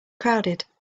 crowded